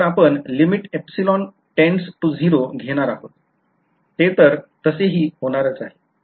तर आपण limit tending to 0 घेणार आहोत ते तर तसेहि होणारच आहे